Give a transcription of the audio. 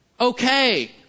Okay